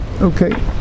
Okay